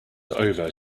over